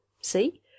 See